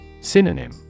Synonym